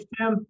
Tim